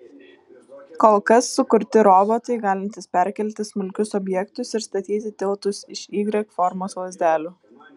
kol kas sukurti robotai galintys perkelti smulkius objektus ir statyti tiltus iš y formos lazdelių